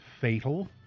fatal